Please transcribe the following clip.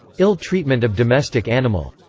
ill-treatment of domestic animal.